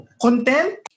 Content